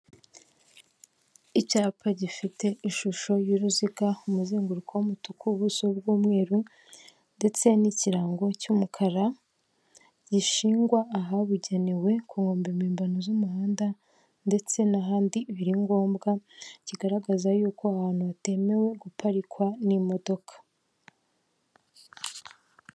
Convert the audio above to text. Icyapa gifite ishusho y'uruziga, umuzenguruko w'umutuku, ubuso bw'umweru ndetse n'ikirango cy'umukara gishingwa ahabugenewe ku nkombe mpimbano z'umuhanda ndetse n'ahandi biri ngombwa, kigaragaza y'uko aho hantu hatemewe guparikwa n'imodoka.